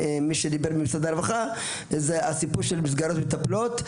מי שדיבר ממשרד הרווחה הוא הסיפור של מסגרות מטפלות.